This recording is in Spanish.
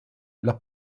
los